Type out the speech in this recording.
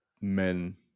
men